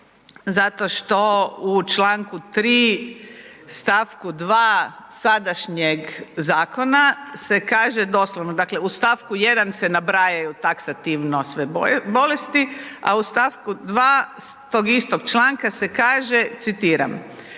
zato što u čl. 3. st. 2. sadašnjeg zakona se kaže doslovno dakle u st. 1 se nabrajaju taksativno sve bolesti, a u st. 2. tog istog članka se kaže citiram: